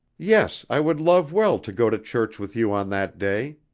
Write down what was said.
yes, i would love well to go to church with you on that day.